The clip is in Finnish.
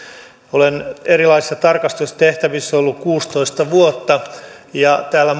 olen erilaisissa tarkastustehtävissä ollut kuusitoista vuotta ja täällä